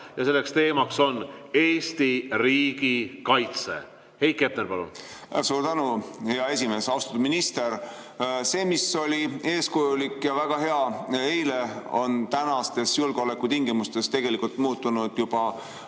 ja selle teema on Eesti riigi kaitse. Heiki Hepner, palun! Suur tänu, hea esimees! Austatud minister! See, mis oli eeskujulik ja väga hea eile, on tänastes julgeolekutingimustes muutunud juba